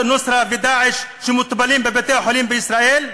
א-נוסרה" ו"דאעש" שמטופלים בבתי-החולים בישראל?